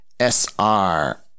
sr